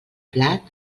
plat